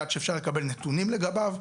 יעד שאפשר לקבל נתונים לגביו,